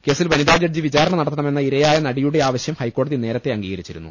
കേസിൽ വനിതാജഡ്ജി വിചാ രണ നടത്തണമെന്ന ഇരയായ നടിയുടെ ആവശ്യം ഹൈക്കോടതി നേരത്തെ അംഗീകരിച്ചിരുന്നു